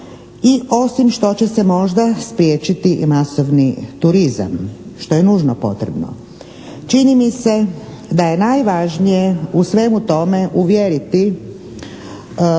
i osim što će se možda spriječiti i masovni turizam, što je nužno potrebno. Čini mi se da je najvažnije u svemu tome uvjeriti lokalne